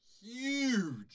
huge